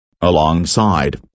alongside